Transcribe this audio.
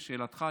לשאלתך,